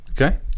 Okay